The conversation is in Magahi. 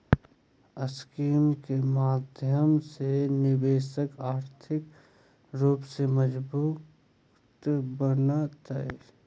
स्कीम के माध्यम से निवेशक आर्थिक रूप से मजबूत बनतय